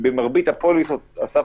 במרבית הפוליסות אסף